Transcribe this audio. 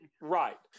right